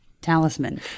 talisman